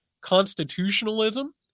constitutionalism